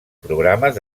programes